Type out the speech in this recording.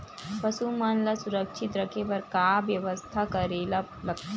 पशु मन ल सुरक्षित रखे बर का बेवस्था करेला लगथे?